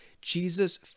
Jesus